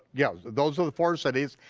but yes, those are the four cities.